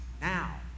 now